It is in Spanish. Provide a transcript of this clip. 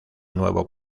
nuevo